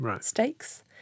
stakes